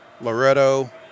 Loretto